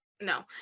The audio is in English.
No